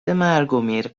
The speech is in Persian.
مرگومیر